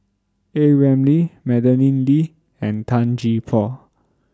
A Ramli Madeleine Lee and Tan Gee Paw